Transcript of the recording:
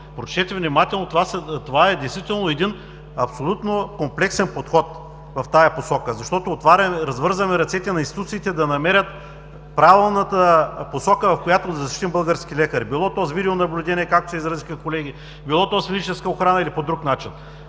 прочетете внимателно! Това е един абсолютно комплексен подход в тази посока, защото развързваме ръцете на институциите да намерят правилната посока, в която да защитим българските лекари, било то с видеонаблюдение, както се изразиха колеги, било то с физическа охрана или по друг начин.